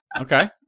Okay